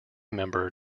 member